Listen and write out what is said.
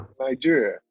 Nigeria